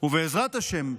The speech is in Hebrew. ובעזרת השם,